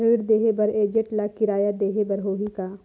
ऋण देहे बर एजेंट ला किराया देही बर होही का?